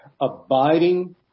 Abiding